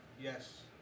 Yes